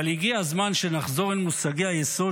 אבל הגיע הזמן שנחזור אל מושגי היסוד,